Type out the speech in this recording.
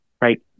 right